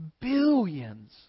Billions